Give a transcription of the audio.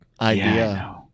Idea